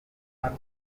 are